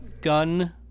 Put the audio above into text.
gun